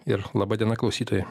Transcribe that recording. ir laba diena klausytojai